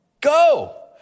Go